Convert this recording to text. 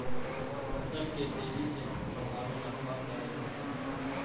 फसल के तेजी से बढ़ावेला का करे पड़तई?